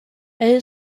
elle